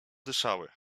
dyszały